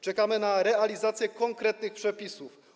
Czekamy na realizację konkretnych przepisów.